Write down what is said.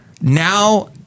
Now